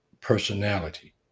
personality